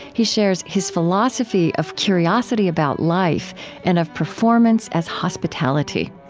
he shares his philosophy of curiosity about life and of performance as hospitality.